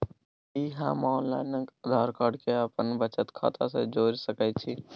कि हम online Aadhaar card के अपन बचत खाता से जोरि सकै छी?